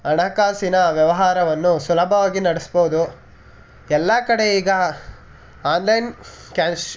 ಹಣಕಾಸಿನ ವ್ಯವಹಾರವನ್ನು ಸುಲಭವಾಗಿ ನಡೆಸ್ಬೋದು ಎಲ್ಲ ಕಡೆ ಈಗ ಆನ್ಲೈನ್ ಕ್ಯಾಶ್